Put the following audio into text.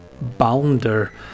Bounder